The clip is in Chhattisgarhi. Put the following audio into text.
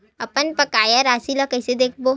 अपन बकाया राशि ला कइसे देखबो?